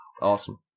awesome